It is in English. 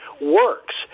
works